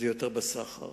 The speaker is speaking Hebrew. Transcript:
זה יותר בסחר